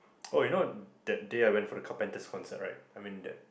oh you know that day I went for the Carpenter's concert right I mean that